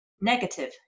Negative